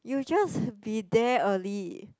you just be there early